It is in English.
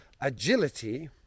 agility